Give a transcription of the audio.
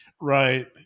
Right